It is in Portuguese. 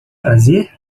prazer